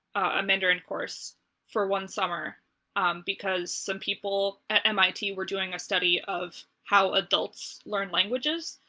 a mandarin course for one summer because some people at mit were doing a study of how adults learn languages,